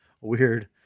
weird